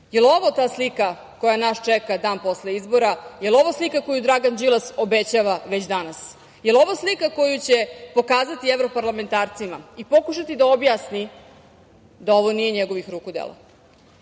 ovo ta slika koja nas čeka dan posle izbora? Jel ovo slika koju Dragan Đilas obećava već danas? Jel ovo slika koju će pokazati evroparlamentarcima i pokušati da objasni da ovo nije njegovih ruku delo?